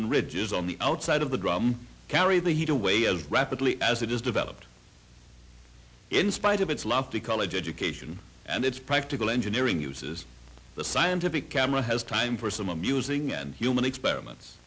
and ridges on the outside of the drum carry the heat away as rapidly as it has developed in spite of its lofty college education and its practical engineering uses the scientific camera has time for some amusing and human experiments